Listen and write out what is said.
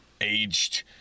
aged